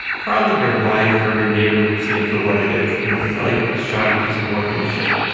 probably your wife or your neighbor would see it for what it is, you know, probably a shoddy piece of workmanship.